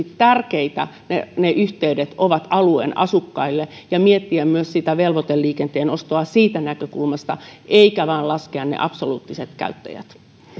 tärkeitä ne ne yhteydet ovat alueen asukkaille eli miettiä sitä velvoiteliikenteen ostoa myös siitä näkökulmasta eikä vain laskea niitä absoluuttisia käyttäjiä